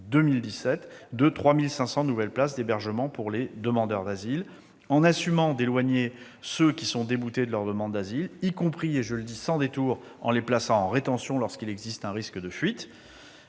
2017, de 3 500 nouvelles places d'hébergement pour les demandeurs d'asile. Il faudra aussi assumer d'éloigner ceux qui sont déboutés de leur demande d'asile, y compris, je le dis sans détour, en les plaçant en rétention lorsqu'il existe un risque de fuite.